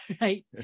right